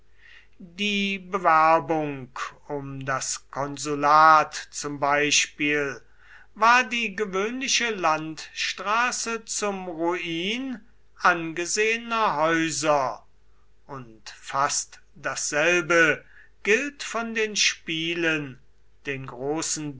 die bewerbung um das konsulat zum beispiel war die gewöhnliche landstraße zum ruin angesehener häuser und fast dasselbe gilt von den spielen den großen